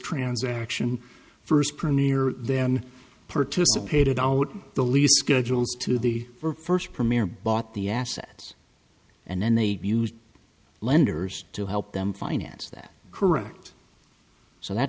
transaction first premier them participated on the lease schedules to the were first premier bought the assets and then they've used lenders to help them finance that correct so that